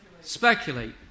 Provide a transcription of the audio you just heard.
Speculate